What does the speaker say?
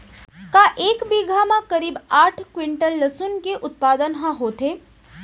का एक बीघा म करीब आठ क्विंटल लहसुन के उत्पादन ह होथे?